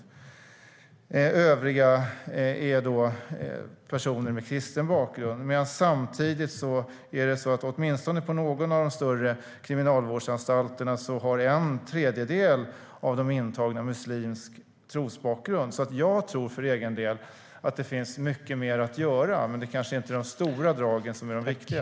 Det övriga gäller personer med kristen bakgrund. Samtidigt är det så, åtminstone på någon av de större kriminalvårdsanstalterna, att en tredjedel av de intagna har muslimsk trosbakgrund. Jag tror för egen del att det finns mycket mer att göra, men det kanske inte är de stora dragen som är de viktiga.